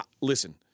listen